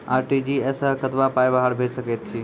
RTGS सअ कतबा पाय बाहर भेज सकैत छी?